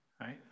Right